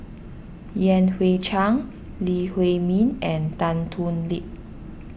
Yan Hui Chang Lee Huei Min and Tan Thoon Lip